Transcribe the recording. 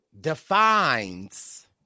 Defines